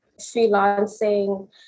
Freelancing